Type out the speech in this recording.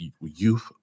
Youth